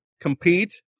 compete